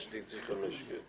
SDG5, כן.